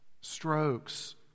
strokes